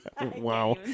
Wow